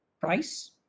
Price